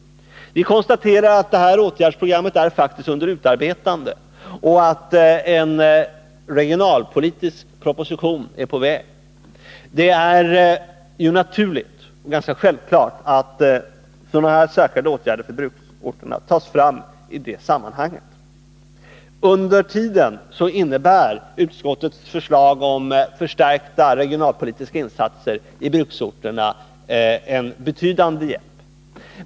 Utskottet konstaterar att ett sådant åtgärdsprogram faktiskt är under utarbetande och hänvisar till att en regionalpolitisk proposition är på väg. Det är ganska självklart att särskilda åtgärder av den här typen tas fram i det sammanhanget. I avvaktan på detta innebär utskottets förslag om förstärkta regionalpolitiska insatser i bruksorterna en betydande hjälp.